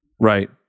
Right